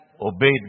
obeyed